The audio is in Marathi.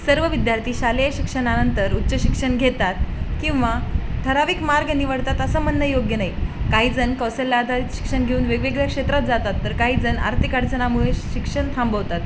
सर्व विद्यार्थी शालेय शिक्षणानंतर उच्च शिक्षण घेतात किंवा ठराविक मार्ग निवडतात असं म्हणणं योग्य नाही काहीजण कौशल्य आधारित शिक्षण घेऊन वेगवेगळ्या क्षेत्रात जातात तर काही जण आर्थिक अडचणींमुळे शिक्षण थांबवतात